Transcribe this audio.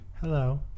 Hello